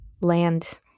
land